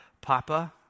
Papa